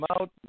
out